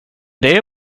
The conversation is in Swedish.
det